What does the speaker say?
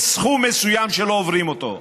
יש סכום מסוים שלא עוברים אותו.